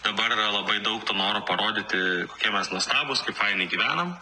dabar yra labai daug to noro parodyti kokie mes nuostabūs kaip fainai gyvenam